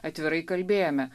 atvirai kalbėjome